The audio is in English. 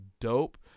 dope